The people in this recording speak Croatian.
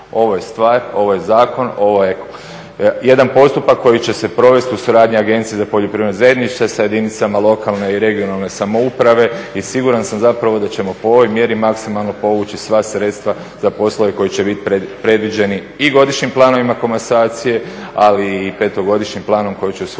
Ovo je stvar, ovo je zakon, ovo je jedan postupak koji će se provesti u suradnji Agencije za poljoprivredno zemljište, sa jedinicama lokalne i regionalne samouprave i siguran sam da ćemo zapravo po ovoj mjeri maksimalno povući sva sredstva za poslove koji će biti predviđeni i godišnjim planovima komasacije, ali i petogodišnjim planom koji će usvojiti